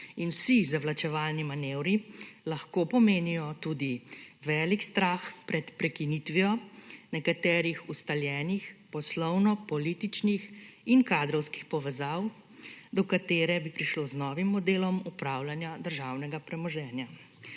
in vsi zavlačevalni manevri lahko pomenijo tudi velik strah pred prekinitvijo nekaterih ustaljenih, poslovno-političnih in kadrovskih povezav do kater bi prišlo z novim modelom upravljanja državnega premoženja